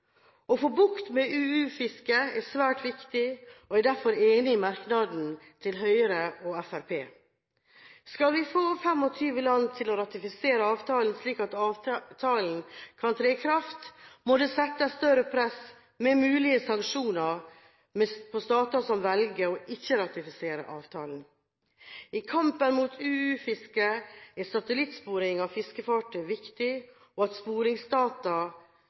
Å få bukt med UUU-fisket er svært viktig, og jeg er derfor enig i merknaden til Høyre og Fremskrittspartiet. Skal vi få 25 land til å ratifisere avtalen slik at avtalen kan tre i kraft, må det settes større press med mulige sanksjoner mot stater som velger ikke å ratifisere avtalen. I kampen mot UUU-fisket er satellittsporing av fiskerfartøy viktig, og at sporingsdata